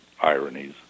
ironies